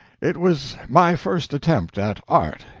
it was my first attempt at art,